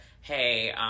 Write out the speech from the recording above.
hey